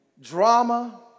drama